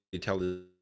tell